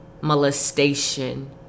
molestation